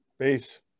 Peace